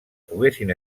poguessin